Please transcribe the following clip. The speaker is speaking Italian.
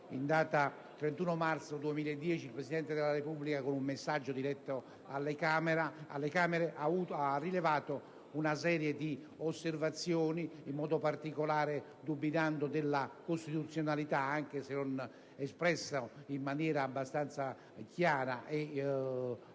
In data 31 marzo 2010 il Presidente della Repubblica, con un messaggio diretto alle Camere, ha rilevato una serie di osservazioni, in modo particolare dubitando della costituzionalità (anche se non in maniera abbastanza chiara e specifica)